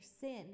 sin